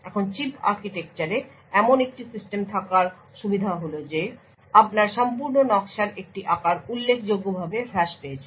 এখন চিপ আর্কিটেকচারে এমন একটি সিস্টেম থাকার সুবিধা হল যে আপনার সম্পূর্ণ নকশার একটি আকার উল্লেখযোগ্যভাবে হ্রাস পেয়েছে